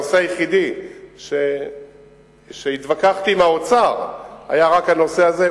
הנושא היחידי שהתווכחתי בו עם האוצר היה הנושא הזה,